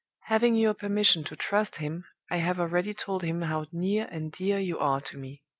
having your permission to trust him, i have already told him how near and dear you are to me